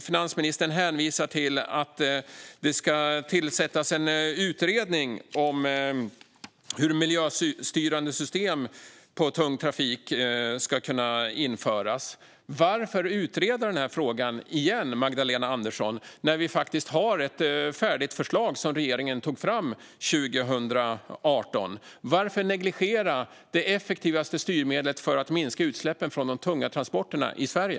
Finansministern hänvisar också till att ska tillsättas en utredning om hur miljöstyrande system på tung trafik ska kunna införas. Varför utreda den här frågan igen, Magdalena Andersson, när vi faktiskt har ett färdigt förslag som regeringen tog fram 2018? Varför negligera det effektivaste styrmedlet för att minska utsläppen från de tunga transporterna i Sverige?